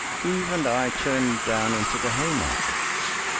eve and i turned down into the haymarket.